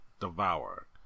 Devour